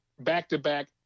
back-to-back